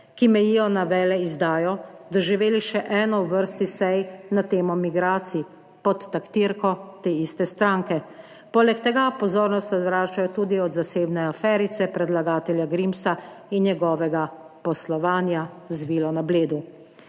ki mejijo na veleizdajo, doživeli še eno v vrsti sej na temo migracij pod taktirko te iste stranke. Poleg tega pozornost odvračajo tudi od zasebne aferice predlagatelja Grimsa in njegovega poslovanja z vilo na Bledu.